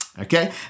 Okay